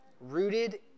rooted